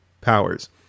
powers